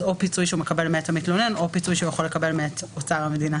פיצוי שהוא מקבל מאת המתלונן או פיצוי שהוא יכול לקבל מאת אוצר המדינה,